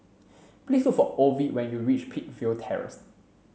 please look for Ovid when you reach Peakville Terrace